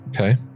okay